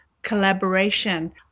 collaboration